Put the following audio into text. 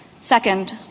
Second